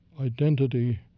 identity